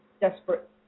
desperate